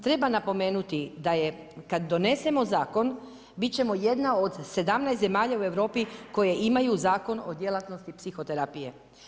Treba napomenuti da je kada donesemo zakon bit ćemo jedna od 17 zemalja u Europi koje imaju Zakon o djelatnosti psihoterapije.